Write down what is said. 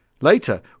Later